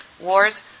Wars